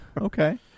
Okay